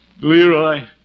Leroy